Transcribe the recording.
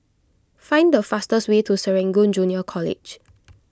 find the fastest way to Serangoon Junior College